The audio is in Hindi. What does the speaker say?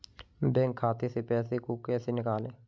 बैंक खाते से पैसे को कैसे निकालें?